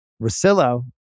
Rosillo